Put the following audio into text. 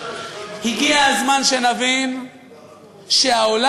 הגיע הזמן שנבין שהעולם